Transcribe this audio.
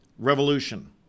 revolution